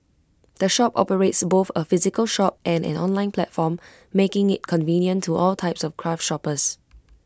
the shop operates both A physical shop and an online platform making IT convenient to all types of craft shoppers